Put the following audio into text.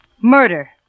Murder